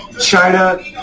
China